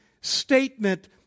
statement